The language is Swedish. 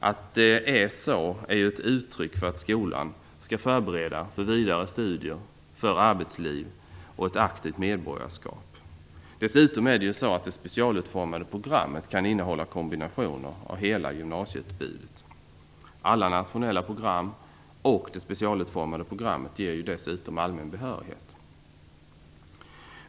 Att det är så är ju ett uttryck för att skolan skall förbereda för vidare studier, arbetsliv och ett aktivt medborgarskap. Dessutom kan det specialutformade programmet innehålla kombinationer av hela gymnasieutbudet. Alla nationella program och det specialutformade programmet ger ju allmän behörighet.